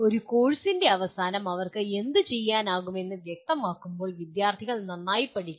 ഒരു കോഴ്സിൻ്റെ അവസാനം അവർക്ക് എന്ത് ചെയ്യാനാകുമെന്ന് വ്യക്തമാകുമ്പോൾ വിദ്യാർത്ഥികൾ നന്നായി പഠിക്കുന്നു